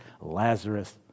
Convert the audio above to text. Lazarus